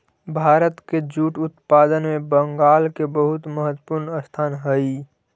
भारत के जूट उत्पादन में बंगाल के बहुत महत्त्वपूर्ण स्थान हई